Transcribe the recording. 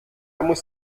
muss